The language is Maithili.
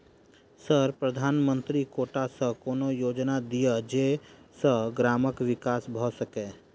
सर प्रधानमंत्री कोटा सऽ कोनो योजना दिय जै सऽ ग्रामक विकास भऽ सकै?